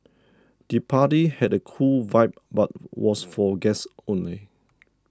the party had a cool vibe but was for guests only